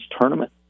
tournament